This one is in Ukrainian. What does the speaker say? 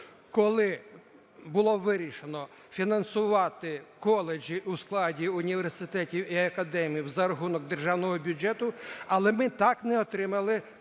коли було вирішено фінансувати коледжі у складі університетів і академій за рахунок державного бюджету, але ми так й не отримали 2,9